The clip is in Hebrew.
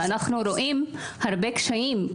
אנחנו רואים הרבה קשיים.